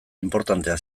inportantea